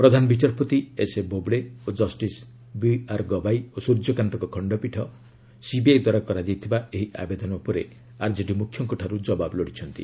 ପ୍ରଧାନ ବିଚାରପତି ଏସ୍ଏ ବୋବଡେ ଓ justice B R Gavai ଓ ସ୍ୱର୍ଯ୍ୟକାନ୍ତଙ୍କ ଖଣ୍ଡପୀଠ ସିବିଆଇ ଦ୍ୱାରା କରାଯାଇଥିବା ଏହି ଆବେଦନ ଉପରେ ଆର୍କେଡି ମୁଖ୍ୟଙ୍କଠାରୁ କବାବ ଲୋଡ଼ିଛନ୍ତି